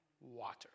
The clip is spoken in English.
water